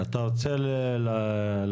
אתה רוצה להשלים?